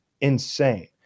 insane